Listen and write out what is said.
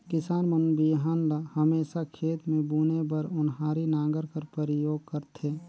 किसान मन बीहन ल हमेसा खेत मे बुने बर ओन्हारी नांगर कर परियोग करथे